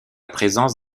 présence